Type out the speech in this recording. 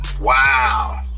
Wow